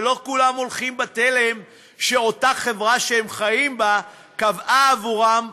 ולא כולם הולכים בתלם שאותה חברה שהם חיים בה קבעה עבורם,